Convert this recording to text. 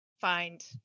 Find